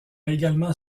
également